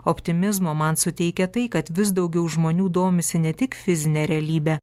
optimizmo man suteikia tai kad vis daugiau žmonių domisi ne tik fizine realybe